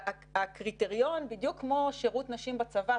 שהקריטריון בדיוק כמו שירות נשים בצבא,